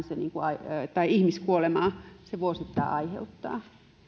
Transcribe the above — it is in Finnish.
se noin viisisataa ihmiskuolemaa vuosittain aiheuttaa